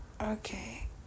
okay